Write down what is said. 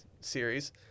series